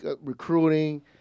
recruiting